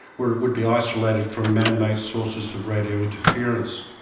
where it would be isolated from manmade sources of radio interference.